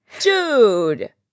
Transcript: dude